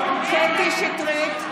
שטרית,